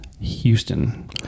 Houston